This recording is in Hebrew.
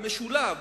במשולב,